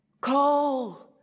call